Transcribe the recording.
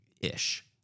ish